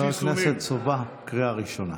חבר הכנסת סובה, קריאה ראשונה.